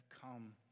come